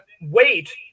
wait